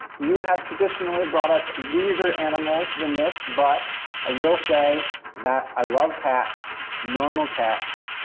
you have traditionally brought us weirder animals than this, but i will say that i love cats normal cats,